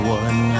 one